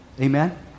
Amen